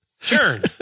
churn